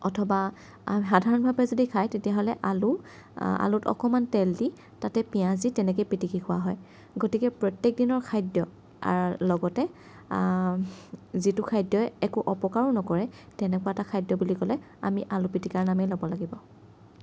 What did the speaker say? অথবা সাধাৰণভাৱে যদি খায় তেতিয়াহ'লে আলু আলুত অকণমান তেল দি তাতে পিঁয়াজ দি তেনেকৈ পিটিকি খোৱা হয় গতিকে প্ৰত্যেকদিনৰ খাদ্য লগতে যিটো খাদ্যই একো অপকাৰো নকৰে তেনেকুৱা এটা খাদ্য বুলি ক'লে আমি আলু পিটিকাৰ নামেই ল'ব লাগিব